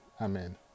Amen